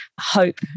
hope